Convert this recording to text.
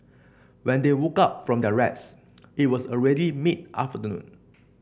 when they woke up from their rest it was already mid afternoon